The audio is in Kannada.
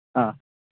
ಹಾಂ